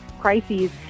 crises